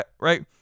right